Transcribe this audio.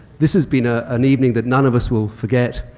this has been ah an evening that none of us will forget.